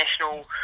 national